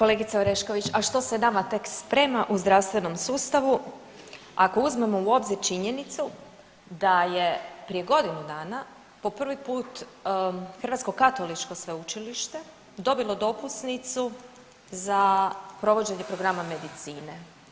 Kolegice Orešković, a što se nama tek sprema u zdravstvenom sustavu ako uzmemo u obzir činjenicu da je prije godinu dana po prvi put Hrvatsko katoličko sveučilište dobilo dopusnicu za provođenje programa medicine.